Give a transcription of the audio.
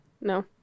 No